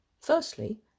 Firstly